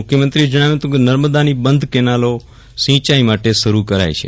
મુખ્યમંત્રીએ જણાવ્યું હતું કે નર્મદાની બંધ કેનાલો સિંચાઇ માટે શરૂ કરાઇ છે